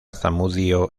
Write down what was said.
zamudio